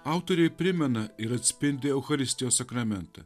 autorė primena ir atspindi eucharistijos sakramentą